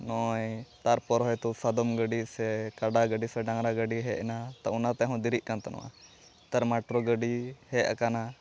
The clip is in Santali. ᱱᱚᱜᱼᱚᱭ ᱛᱟᱨᱯᱚᱨ ᱦᱚᱭᱛᱚ ᱥᱟᱫᱚᱢ ᱜᱟᱹᱰᱤ ᱥᱮ ᱠᱟᱰᱟ ᱜᱟᱹᱰᱤ ᱥᱮ ᱰᱟᱝᱜᱽᱨᱟ ᱜᱟᱹᱰᱤ ᱦᱮᱡᱮᱱᱟ ᱛᱚ ᱚᱱᱟᱛᱮᱦᱚᱸ ᱫᱮᱨᱤᱜᱠᱟᱱ ᱛᱮᱦᱮᱱᱚᱜᱼᱟ ᱱᱮᱛᱟᱨ ᱢᱟᱴᱨᱚ ᱜᱟᱹᱰᱤ ᱦᱮᱡ ᱟᱠᱟᱱᱟ